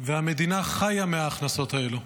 והמדינה חיה מההכנסות האלה.